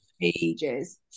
Ages